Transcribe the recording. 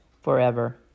forever